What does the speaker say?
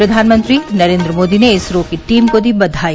प्रधानमंत्री नरेंद्र मोदी ने ISRO team को दी बघाई